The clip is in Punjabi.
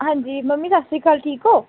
ਹਾਂਜੀ ਮੰਮੀ ਸਤਿ ਸ਼੍ਰੀ ਅਕਾਲ ਠੀਕ ਹੋ